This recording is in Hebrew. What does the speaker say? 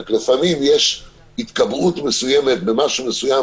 רק לפעמים יש התקבעות מסוימת במשהו מסוים,